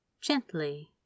gently